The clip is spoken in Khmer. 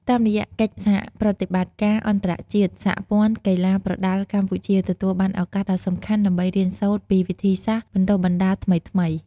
តាមរយៈកិច្ចសហប្រតិបត្តិការអន្តរជាតិ សហព័ន្ធកីឡាប្រដាល់កម្ពុជា ទទួលបានឱកាសដ៏សំខាន់ដើម្បីរៀនសូត្រពីវិធីសាស្ត្របណ្តុះបណ្តាលថ្មីៗ។